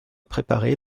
préparés